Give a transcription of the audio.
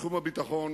בתחום הביטחון,